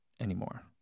anymore